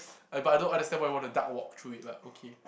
eh but I don't understand why I would want to duck walk through it but okay